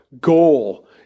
goal